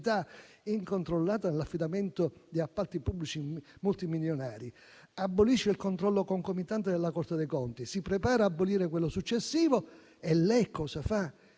incontrollata nell'affidamento di appalti pubblici multimilionari, abolisce il controllo concomitante della Corte dei conti, si prepara ad abolire quello successivo e lei cosa fa?